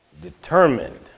determined